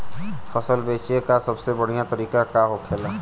फसल बेचे का सबसे बढ़ियां तरीका का होखेला?